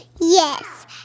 Yes